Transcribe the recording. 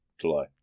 July